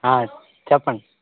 చెప్పండి